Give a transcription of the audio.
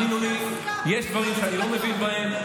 יש דברים שאני לא מבין בהם.